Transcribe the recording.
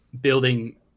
building